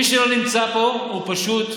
מי שלא נמצא פה הוא פשוט,